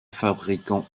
fabricants